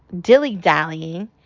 dilly-dallying